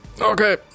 okay